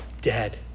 dead